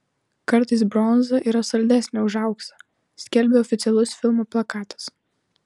kartais bronza yra saldesnė už auksą skelbė oficialus filmo plakatas